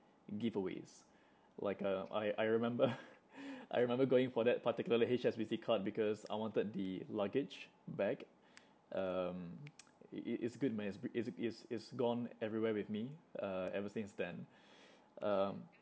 giveaways like uh I I remember I remember going for that particular H_S_B_C card because I wanted the luggage bag um it it it's good man it's it's it's gone everywhere with me uh ever since then um